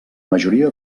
majoria